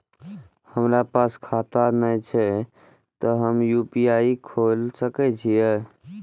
हमरा पास खाता ने छे ते हम यू.पी.आई खोल सके छिए?